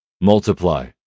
Multiply